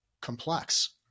complex